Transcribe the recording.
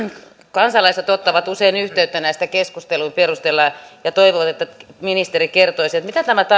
kansalaiset ottavat usein yhteyttä näistä keskustelun perusteella ja toivovat että ministeri kertoisi mitä tämä tarkoitti kun